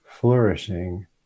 flourishing